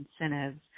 incentives